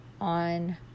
on